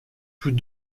tous